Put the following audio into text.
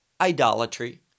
idolatry